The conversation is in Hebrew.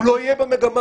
הוא לא יהיה במגמה.